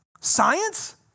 Science